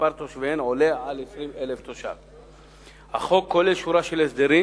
שמספר תושביהן עולה על 20,000. החוק כולל שורה של הסדרים